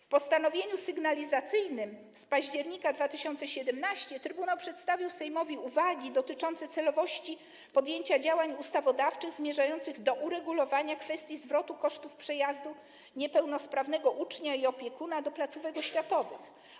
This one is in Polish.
W postanowieniu sygnalizacyjnym z października 2017 r. trybunał przedstawił Sejmowi uwagi dotyczące celowości podjęcia działań ustawodawczych zmierzających do uregulowania kwestii zwrotu kosztów przejazdu niepełnosprawnego ucznia i opiekuna do placówek oświatowych.